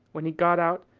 when he got out,